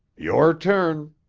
your turn.